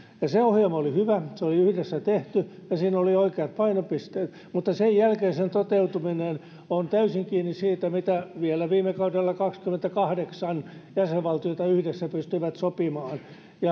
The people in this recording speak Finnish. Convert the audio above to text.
se ohjelma oli hyvä se oli yhdessä tehty ja siinä oli oikeat painopisteet mutta sen jälkeen sen toteutuminen on ollut täysin kiinni siitä mitä vielä viime kaudella kaksikymmentäkahdeksan jäsenvaltiota yhdessä pystyivät sopimaan